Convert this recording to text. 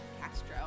Castro